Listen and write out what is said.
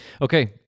Okay